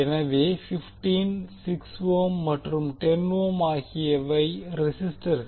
எனவே 15 6 ஓம் மற்றும் 10 ஓம் ஆகியவை ரெசிஸ்டர்கள்